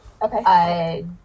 Okay